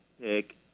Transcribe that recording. pick